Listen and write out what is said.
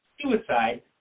suicide